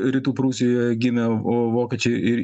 rytų prūsijoje gimę vo vokiečiai ir